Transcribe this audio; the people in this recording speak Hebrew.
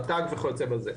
רט"ג וכיוצא בזה.